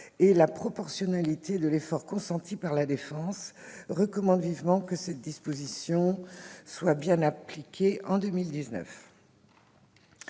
et la proportionnalité de l'effort consenti par la défense, recommande vivement que cette disposition soit bien appliquée en 2019.